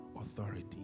authority